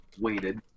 waited